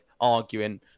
arguing